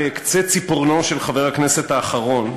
בקצה ציפורנו של חבר הכנסת האחרון,